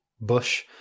Bush